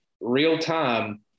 real-time